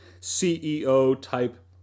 CEO-type